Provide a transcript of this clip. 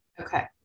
Okay